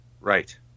Right